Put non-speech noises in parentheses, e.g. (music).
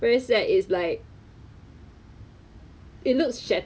I started first (laughs)